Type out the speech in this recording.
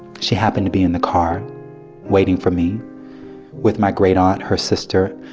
she happened to be in the car waiting for me with my great aunt, her sister.